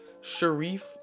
Sharif